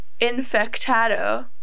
Infectado